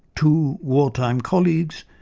two wartime colleagues,